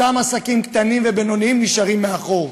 אותם עסקים קטנים ובינוניים נשארים מאחור.